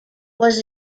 was